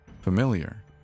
familiar